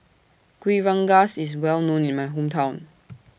Kuih IS Well known in My Hometown